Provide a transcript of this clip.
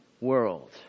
world